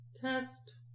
Test